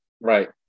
Right